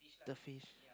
the fish